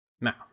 Now